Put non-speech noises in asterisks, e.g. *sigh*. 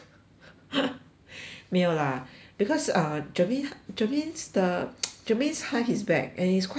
*noise* 没有 lah because ah germaine germaine's the *noise* germaine's hurt his back and it's quite bad leh